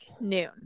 noon